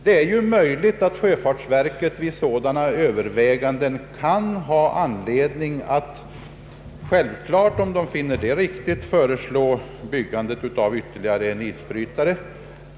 Självfallet kan sjöfartsverket vid sådana överväganden finna anledning föreslå byggande av ytterligare en isbrytare.